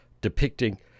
depicting